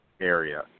area